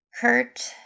Kurt